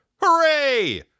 hooray